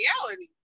reality